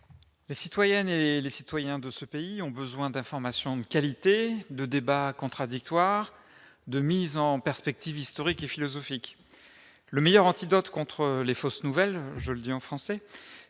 Les citoyennes et les citoyens de ce pays ont besoin d'informations de qualité, de débats contradictoires, de mises en perspective historiques et philosophiques. Le meilleur antidote contre les « fausses nouvelles »- je le dis en français